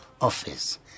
office